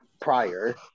prior